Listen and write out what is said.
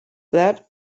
that